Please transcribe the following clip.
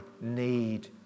need